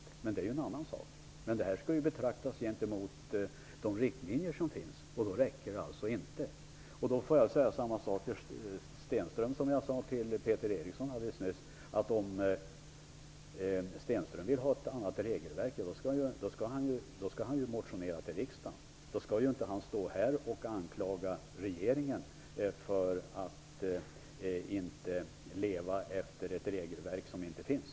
Men det är en annan sak. Det som hände skall betraktas mot bakgrund av de riktlinjer som finns, och då räcker det inte. Jag får säga samma sak till Michael Stjernström som jag sade till Peter Eriksson nyss: Om Michael Stjernström vill ha ett annat regelverk skall han motionera i riksdagen. Han skall inte anklaga regeringen för att inte leva efter ett regelverk som inte finns.